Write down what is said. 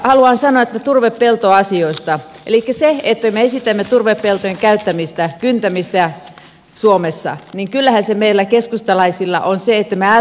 haluan sanoa turvepeltoasioista sen että kun me esitämme turvepeltojen käyttämistä kyntämistä suomessa niin kyllähän me keskustalaiset ajattelemme ehdottomasti tulevaisuutta